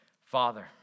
Father